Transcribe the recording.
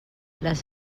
les